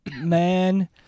Man